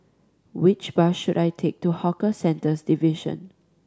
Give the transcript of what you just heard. which bus should I take to Hawker Centres Division